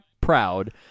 proud